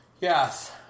Yes